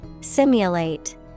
Simulate